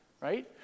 right